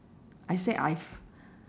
I said I